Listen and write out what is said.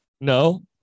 no